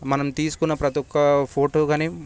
మనం తీసుకున్న ప్రతి ఒక్క ఫోటో గానీ